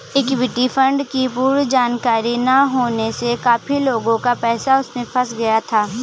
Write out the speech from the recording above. equity fund की पूर्ण जानकारी ना होने से काफी लोगों का पैसा उसमें फंस गया था